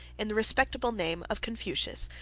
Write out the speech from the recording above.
in the respectable name of confucius,